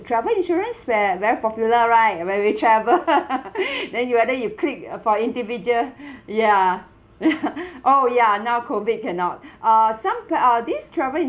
travel insurance where very popular right where we travel then you whether you click uh for individual ya oh ya now COVID cannot uh some com~ uh these travel